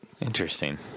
Interesting